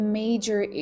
major